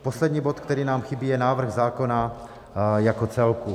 Poslední bod, který nám chybí, je návrh zákona jako celku.